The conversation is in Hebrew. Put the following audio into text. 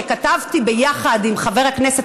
שכתבתי ביחד עם חבר הכנסת,